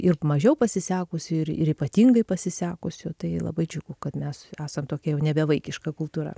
ir mažiau pasisekusių ir ir ypatingai pasisekusių tai labai džiugu kad mes esam tokia jau nebe vaikiška kultūra